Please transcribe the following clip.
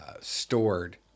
stored